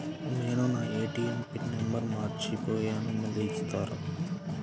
నేను నా ATM pin number మర్చిపోయాను మళ్ళీ ఇస్తారా?